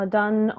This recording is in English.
done